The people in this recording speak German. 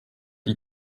die